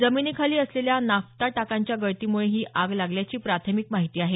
जमिनीखाली असलेल्या नाफ्ता टाक्यांच्या गळतीमुळे ही आग लागल्याची प्राथमिक माहिती आहे